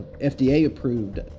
FDA-approved